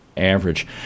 average